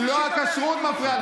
כי לא הכשרות מפריעה לך.